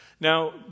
Now